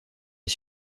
les